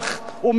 איציק,